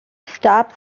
stop